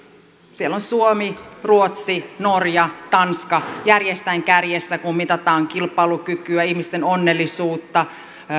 siellä ovat suomi ruotsi norja tanska järjestään kärjessä kun mitataan kilpailukykyä ihmisten onnellisuutta